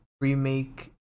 remake